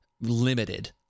limited